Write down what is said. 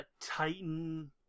Titan